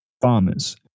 farmers